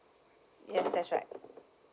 ya that's right